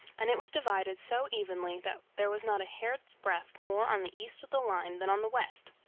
and it was divided so evenly that there was not a hair's breadth more on the east of the line than on the west.